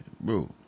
Bro